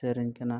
ᱥᱮᱨᱮᱧ ᱠᱟᱱᱟ